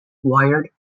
wired